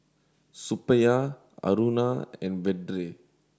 Suppiah Aruna and Vedre